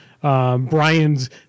Brian's